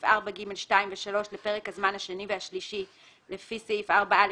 4(ג)(2) לפרק הזמן השני והשלישי לפי סעיף 4(א),